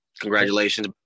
Congratulations